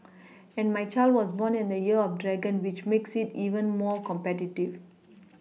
and my child was born in the year of dragon which makes it even more competitive